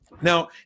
now